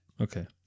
Okay